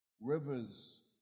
Rivers